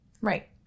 right